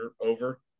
over